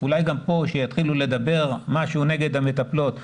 אולי גם פה, שיתחילו לדבר משהו נגד המטפלות.